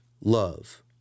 love